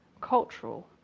cultural